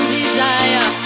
desire